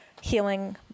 healing